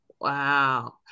Wow